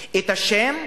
השם,